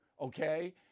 Okay